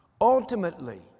Ultimately